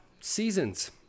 Seasons